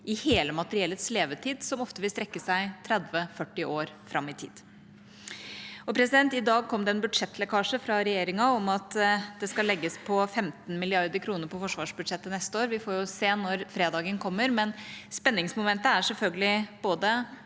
i hele materiellets levetid, som ofte vil strekke seg 30–40 år fram i tid. I dag kom det en budsjettlekkasje fra regjeringa om at det skal legges på 15 mrd. kr på forsvarsbudsjettet neste år. Vi får jo se når fredagen kommer. Men spenningsmomentet er selvfølgelig for